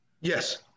Yes